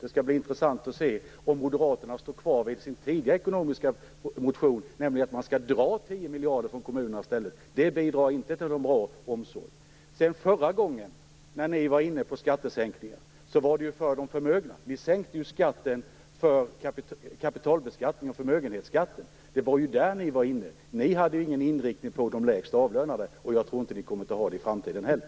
Det skall bli intressant att se om Moderaterna står kvar vid sin tidigare ekonomiska motion som innebär att man skall dra 10 miljarder kronor från kommunerna i stället. Det bidrar inte till någon bra omsorg. Förra gången Moderaterna var inne på skattesänkningar gällde det de förmögna. Kapitalskatten och förmögenhetsskatten sänktes. Det var detta Moderaterna riktade in sig på, och inte på de lägst avlönade. Jag tror inte att Moderaterna kommer att göra det i framtiden heller.